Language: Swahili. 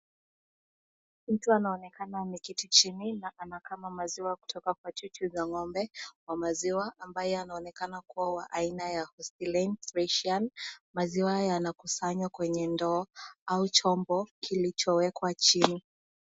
Mtu anaonekana ameketi chini na anakama maziwa kutoka kwa chuchu za ng'ombe wa maziwa ambaye anaonekana kuwa wa aina ya (cs) offsiren freshian(cs) , maziwa yanakusanywa kwenye ndoo au chombo kilichowekwa chini.